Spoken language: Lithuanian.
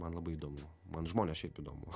man labai įdomu man žmonės šiaip įdomu